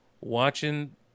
watching